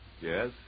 Yes